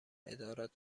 ادارات